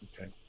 Okay